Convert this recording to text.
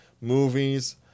movies